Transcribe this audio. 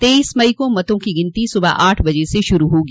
तेईस मई को मतों की गिनती सुबह आठ बजे से शुरू होगी